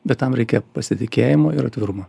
bet tam reikia pasitikėjimo ir atvirumo